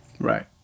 Right